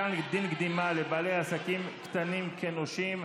מתן דין קדימה לבעלי עסקים קטנים כנושים),